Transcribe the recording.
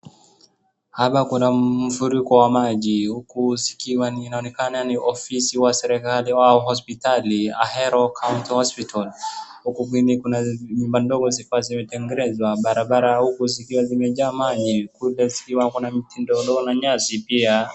Hapa kuna mfuriko wa maji huku zikiwa inaonekana ofisi wa serekali au hospitali ya Ahero County Hospital. Huku chini kuna nyumba ndogo zikiwa zimetengenezwa. Barabara huku zikiwa zimejaa maji. Kule zikiwa na mtindo doa na nyasi pia.